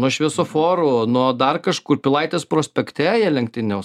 nuo šviesoforų nuo dar kažkur pilaitės prospekte jie lenktyniaus